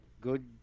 Good